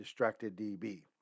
DistractedDB